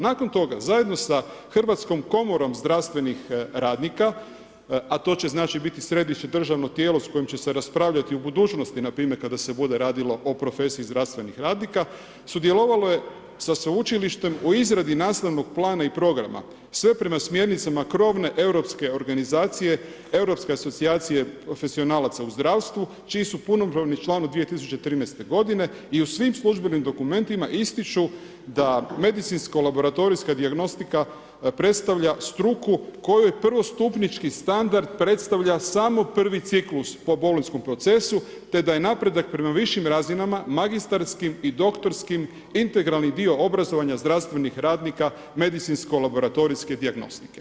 Nakon toga, zajedno sa Hrvatskom komorom zdravstvenih radnika, a to će znači biti središnje državno tijelo s kojim će se raspravljati i u budućnosti npr. kada se bude radilo o profesiji zdravstvenih radnika, sudjelovalo je sa sveučilištem u izradi nastavnog plana i programa sve prema smjernicama krovne europske organizacije, europske asocijacije profesionalca u zdravstvu čiji su punopravni član od 2013. godine i u svim službenim dokumentima ističu da medicinsko laboratorijska dijagnostika predstavlja struku kojoj prvostupnički standard predstavlja samo prvi ciklus po bolonjskom procesu te da je napredak prema višim razinama magistarskim i doktorskim integralni dio obrazovanja zdravstvenih radnika medicinsko laboratorijske dijagnostike.